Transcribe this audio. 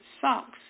socks